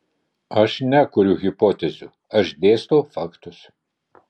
aš nekuriu hipotezių aš dėstau faktus